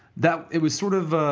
that it was sort of